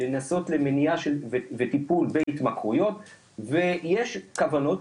לנסות למניעה וטיפול בהתמכרויות ויש כוונות,